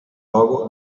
logo